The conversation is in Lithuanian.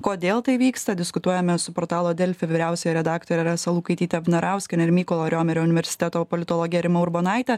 kodėl tai vyksta diskutuojame su portalo delfi vyriausiąja redaktore rasa lukaityte vnarauskiene ir mykolo riomerio universiteto politologe rima urbonaite